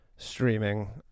streaming